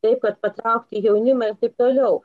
taip kad patraukti jaunimą ir taip toliau